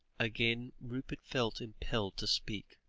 again rupert felt impelled to speak,